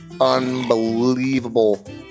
unbelievable